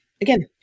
again